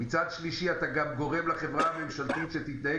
מצד שלישי אתה גם גורם לחברה הממשלתית שתתנהג